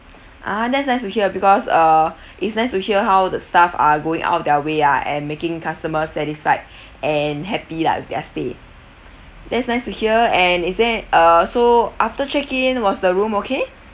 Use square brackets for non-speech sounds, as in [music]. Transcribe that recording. ah that's nice to hear because uh [breath] it's nice to hear how the staff are going out their way ah and making customers satisfied [breath] and happy lah with their stay that's nice to hear and is there uh so after check in was the room okay